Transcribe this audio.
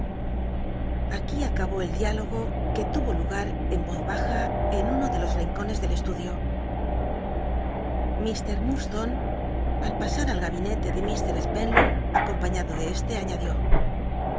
aquí acabó el diúlogo que ltwo lugal en r oz baja en uno de los tincones del estudio ir lurdstone al pa ar al gabinete de h spenlow acompañado de e te